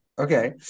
okay